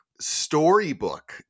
storybook